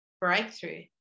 breakthrough